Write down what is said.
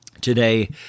Today